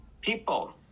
people